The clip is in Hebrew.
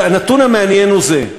הנתון המעניין הוא זה: